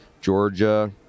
Georgia